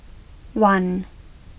one